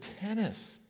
tennis